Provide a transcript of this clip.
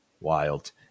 wild